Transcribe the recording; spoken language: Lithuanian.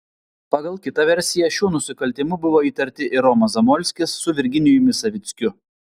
pagal kitą versiją šiuo nusikaltimu buvo įtarti ir romas zamolskis su virginijumi savickiu